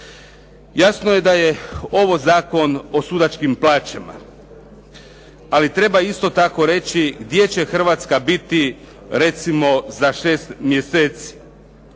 Jasno je da je ovo zakon o sudačkim plaćama, ali treba isto tako reći, gdje će Hrvatska biti recimo za 6 mjeseci.